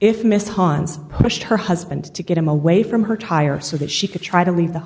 if miss hans pushed her husband to get him away from her tire so that she could try to leave